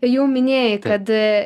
jau minėjai kad